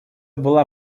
была